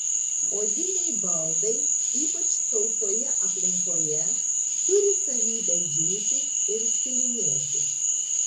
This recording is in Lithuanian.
odiniai baldai ypač sausoje aplinkoje turi savybę džiūti ir skilinėti